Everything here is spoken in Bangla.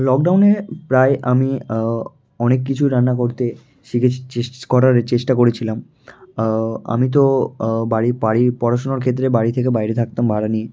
লকডাউনে প্রায় আমি অনেক কিছুই রান্না করতে শিখেছি চেস করার চেষ্টা করেছিলাম আমি তো বাড়ি বাড়ি পড়াশুনোর ক্ষেত্রে বাড়ি থেকে বাইরে থাকতাম ভাড়া নিয়ে